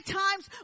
times